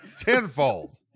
tenfold